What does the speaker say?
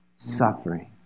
Suffering